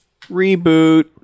Reboot